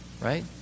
right